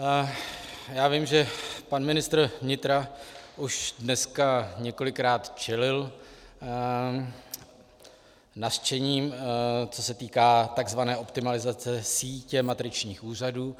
Já vím, že pan ministr vnitra už dneska několikrát čelil nařčením, co se týká tzv. optimalizace sítě matričních úřadů.